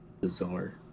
bizarre